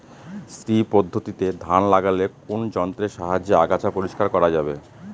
শ্রী পদ্ধতিতে ধান লাগালে কোন যন্ত্রের সাহায্যে আগাছা পরিষ্কার করা যাবে?